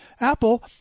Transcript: Apple